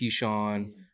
Keyshawn